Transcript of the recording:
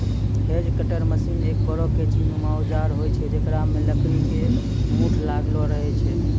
hedge cutter machine एक बड़ो कैंची नुमा औजार होय छै जेकरा मॅ लकड़ी के मूठ लागलो रहै छै